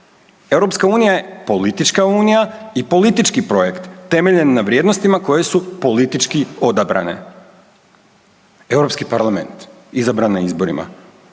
Europska unija je politička unija i politički projekt temeljen na vrijednostima koje su politički odabrane. Europski parlament izabran na izborima,